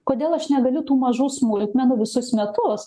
kodėl aš negaliu tų mažų smulkmenų visus metus